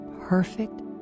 perfect